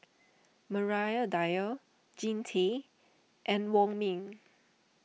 Maria Dyer Jean Tay and Wong Ming